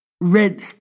Red